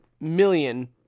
million